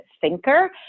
thinker